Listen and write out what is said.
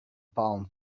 palm